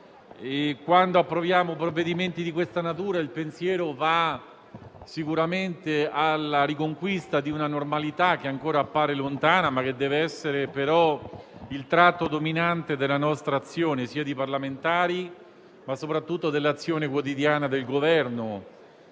Quando approviamo provvedimenti di questa natura, il pensiero va sicuramente alla riconquista di una normalità che ancora appare lontana, ma che deve essere il tratto dominante della nostra azione di parlamentari, ma soprattutto dell'azione quotidiana del Governo.